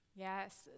Yes